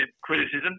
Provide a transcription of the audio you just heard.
criticism